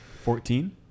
Fourteen